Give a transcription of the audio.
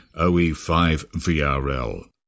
OE5VRL